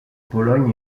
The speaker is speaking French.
pologne